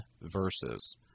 verses